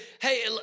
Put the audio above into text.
hey